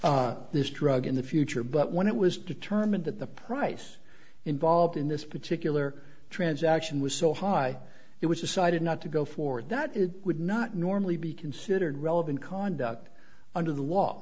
obtain this drug in the future but when it was determined that the price involved in this particular transaction was so high it was decided not to go forward that it would not normally be considered relevant conduct under the law